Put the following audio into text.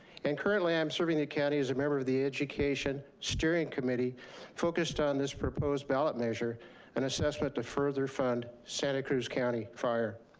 and currently i am serving the county as a member of the education steering committee focused on this proposed ballot measure and assessment to further fund santa cruz county fire.